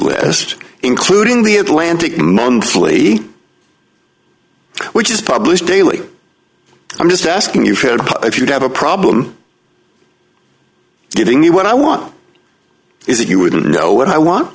list including the atlantic monthly which is published daily i'm just asking you if you have a problem giving you what i want is that you wouldn't know what i want